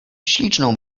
śliczną